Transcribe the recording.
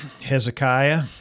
Hezekiah